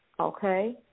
Okay